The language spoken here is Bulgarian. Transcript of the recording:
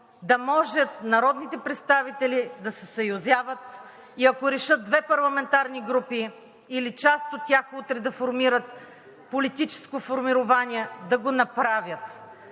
да могат народните представители да се съюзяват и ако решат две парламентарни групи или част от тях утре да формират политическо формирование – да го направят.